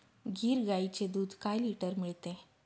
गीर गाईचे दूध काय लिटर मिळते?